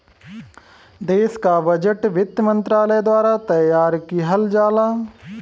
देश क बजट वित्त मंत्रालय द्वारा तैयार किहल जाला